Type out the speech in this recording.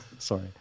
Sorry